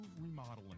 Remodeling